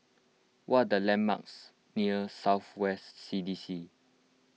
what are the landmarks near South West C D C